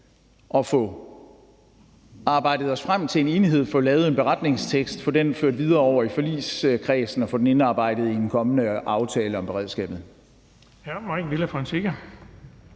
og få arbejdet os frem til en enighed, få lavet en beretningstekst, få den ført videre over i forligskredsen og få den indarbejdet i en kommende aftale om beredskabet.